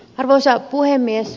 arvoisa puhemies